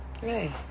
hey